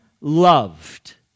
loved